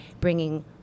bringing